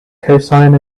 cosine